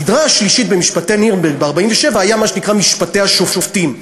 הסדרה השלישית במשפטי נירנברג ב-1947 הייתה מה שנקרא "משפטי השופטים".